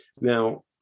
Now